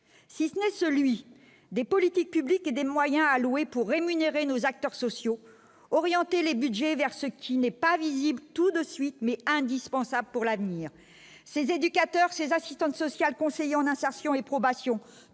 si ce n'est celui des politiques publiques et des moyens alloués pour rémunérer nos acteurs sociaux orienter les Budgets vers ce qui n'est pas visible tout de suite mais indispensable pour l'avenir, ces éducateurs ses assistantes sociales, conseillers en insertion et probation